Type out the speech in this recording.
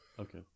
Okay